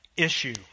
issue